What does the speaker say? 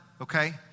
okay